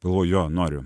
galvoju jo noriu